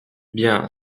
bien